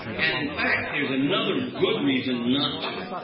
and in fact, there's another good reason not to.